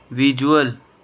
visual